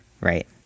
right